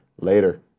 later